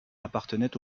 appartenait